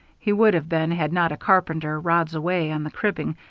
he would have been had not a carpenter, rods away on the cribbing,